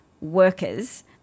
workers